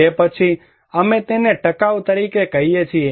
તે પછી અમે તેને ટકાઉ તરીકે કહીએ છીએ